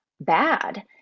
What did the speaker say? bad